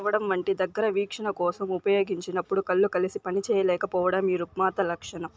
చదవడం వంటి దగ్గర వీక్షణ కోసం ఉపయోగించినప్పుడు కళ్ళు కలిసి పనిచేయలేకపోవడం ఈ రుగ్మత లక్షణం